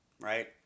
right